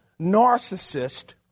narcissist